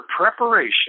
preparation